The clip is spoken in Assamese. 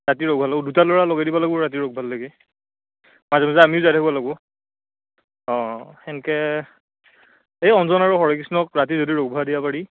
ৰাতি ৰখবা লাগবো দুটা ল'ৰা লগে দিবা লাগবো ৰাতি ৰখবাক লেগি মাজে মাজে আমিও যাই থাকবা লাগবো অঁ অঁ সেনকে এই অঞ্জন আৰু হৰেকৃষ্ণক ৰাতি যদি ৰখবা দিবা পাৰি